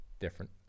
different